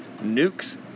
Nukes